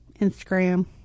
Instagram